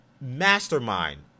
mastermind